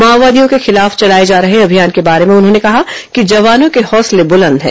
माओवादियों के खिलाफ चलाए जा रहे अभियान के बारे में उन्होंने कहा कि जवानों के हौसले ब्रलंद हैं